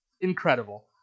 incredible